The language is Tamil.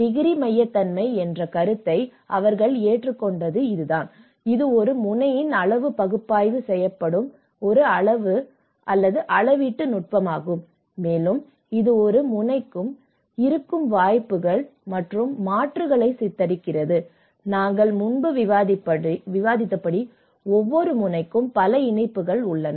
டிகிரி மையத்தன்மை என்ற கருத்தை அவர்கள் ஏற்றுக்கொண்டது இதுதான் இது ஒரு முனையின் அளவு பகுப்பாய்வு செய்யப்படும் ஒரு அளவு அளவீட்டு நுட்பமாகும் மேலும் இது ஒரு முனைக்கு இருக்கும் வாய்ப்புகள் மற்றும் மாற்றுகளை சித்தரிக்கிறது நாங்கள் முன்பு விவாதித்தபடி ஒவ்வொரு முனைக்கும் பல இணைப்புகள் உள்ளன